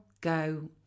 go